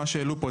מה שהעלו פה,